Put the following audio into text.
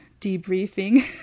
debriefing